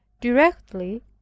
directly